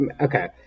okay